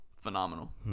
phenomenal